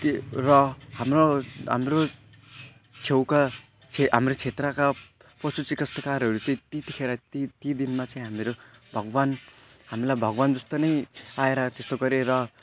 दिए र हाम्रो हाम्रो छेउका क्षे हाम्रो क्षेत्रका पशु चिकित्सकारहरू चाहिँ त्यतिखेर ती ती दिनमा चाहिँ हाम्रो भगवान् हामीलाई भगवान् जस्तो नै आएर त्यस्तो गरेर